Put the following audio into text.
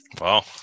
Wow